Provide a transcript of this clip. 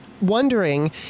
wondering